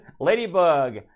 Ladybug